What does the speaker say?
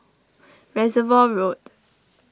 Reservoir Road